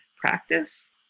practice